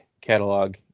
catalog